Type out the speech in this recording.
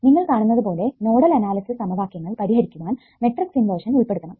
നിങ്ങൾ കാണുന്നതുപോലെ nodal analysis സമവാക്യങ്ങൾ പരിഹരിക്കുവാൻ മെട്രിക്സ് ഇൻവേർഷൻ ഉൾപ്പെടുത്തണം